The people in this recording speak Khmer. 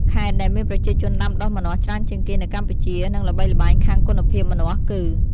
ខេត្តដែលមានប្រជាជនដាំដុះម្នាស់ច្រើនជាងគេនៅកម្ពុជា និងល្បីល្បាញខាងគុណភាពម្នាស់ គឺ៖